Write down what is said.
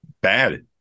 Bad